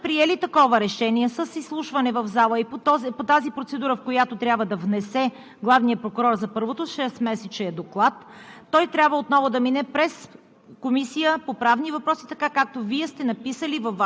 народния представител Антон Кутев.) Изслушайте ме, аз Ви изслушах съвсем коректно! След като сме приели такова решение – с изслушване в залата и по тази процедура, в която трябва да внесе главният прокурор за първото шестмесечие доклад,